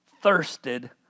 thirsted